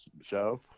show